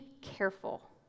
careful